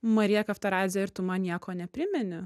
marija kavtaradzė ir tu man nieko neprisimeni